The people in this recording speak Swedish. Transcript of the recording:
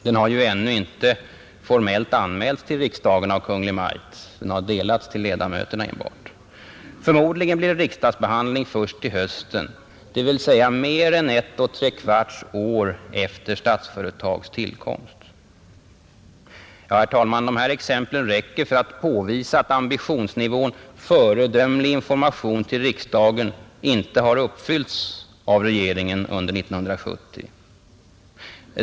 Den har ju ännu inte formellt anmälts till riksdagen av Kungl. Maj:t, utan bara delats ut till ledamöterna. Förmodligen blir det riksdagsbehandling först till hösten, dvs. mer än ett och tre kvarts år efter Statsföretags tillkomst. Herr talman! Dessa exempel räcker för att påvisa att ambitionsnivån ”föredömlig information till riksdagen” inte har hållits av regeringen under 1970.